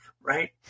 right